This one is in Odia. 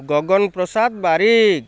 ଗଗନ ପ୍ରସାଦ ବାରିକ